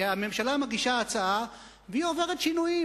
שהממשלה מגישה הצעה והיא עוברת שינויים.